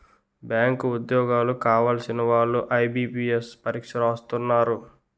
bank ఉద్యోగాలు కావలసిన వాళ్లు ఐబీపీఎస్సీ పరీక్ష రాస్తున్నారు